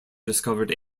discovered